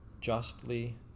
justly